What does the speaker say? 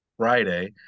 Friday